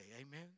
amen